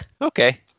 okay